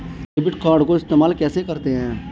Debit card को इस्तेमाल कैसे करते हैं?